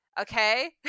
okay